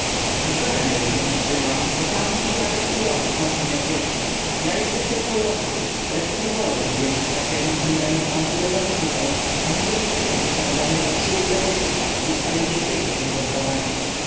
naturalnie że się odzywam bo pan i gada i robi całkiem jak dziecko ja jestem tylko lokaj ale przecie wolałbym wierzyć takiemu co mi daje dwa ruble za wizytę aniżeli takiemu co odemnie po trzy ruble pożycza i wcale nie śpieszy się z oddawaniem